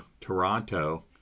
Toronto